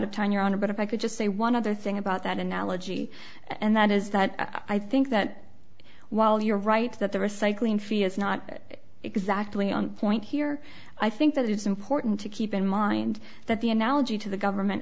of time your honor but if i could just say one other thing about that analogy and that is that i think that while you're right that the recycling fee is not exactly on point here i think that it's important to keep in mind that the analogy to the government